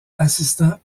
assistant